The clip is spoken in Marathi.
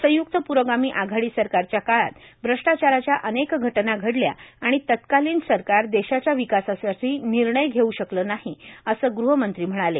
संयुक्त प्रोगामी आघाडी सरकारच्या काळात श्रष्टाचाराच्या अनेक घटना घडल्या आणि तत्कालीन सरकार देशाच्या विकासासाठी निर्णय घेऊ शकलं नाही असं गृहमंत्री म्हणाले